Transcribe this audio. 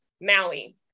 Maui